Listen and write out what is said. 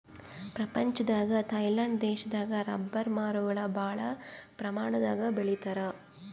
ಪ್ರಪಂಚದಾಗೆ ಥೈಲ್ಯಾಂಡ್ ದೇಶದಾಗ್ ರಬ್ಬರ್ ಮರಗೊಳ್ ಭಾಳ್ ಪ್ರಮಾಣದಾಗ್ ಬೆಳಿತಾರ್